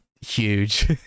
huge